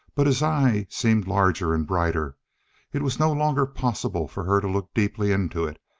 but his eye seemed larger and brighter it was no longer possible for her to look deeply into it,